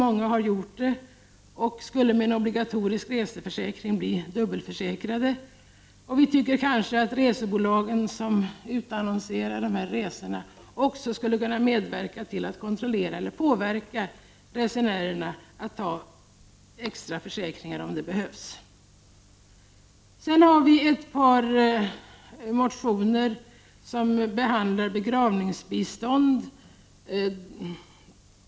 Många har gjort det och skulle med en obligatorisk reseförsäkring bli dubbelförsäkrade. Vi anser att resebolagen som annonserar ut resor också skall medverka till att resenärena tar extra försäkringar om det behövs. Ett par motioner behandlar begravningsbistånd.